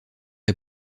est